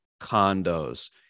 condos